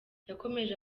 yakomeje